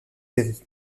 série